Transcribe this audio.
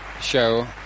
Show